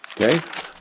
Okay